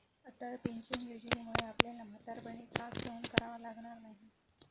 Atal pension योजनेमुळे आपल्याला म्हातारपणी त्रास सहन करावा लागणार नाही